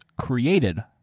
created